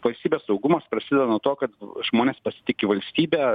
valstybės saugumas prasideda nuo to kad žmonės pasitiki valstybe